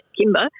Kimber